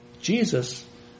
Jesus